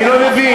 אני לא מבין.